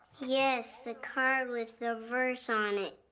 yes, the card with the verse on it.